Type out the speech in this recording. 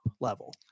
level